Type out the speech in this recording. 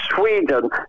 Sweden